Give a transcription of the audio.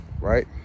right